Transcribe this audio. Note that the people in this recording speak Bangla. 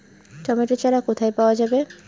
টমেটো চারা কোথায় পাওয়া যাবে?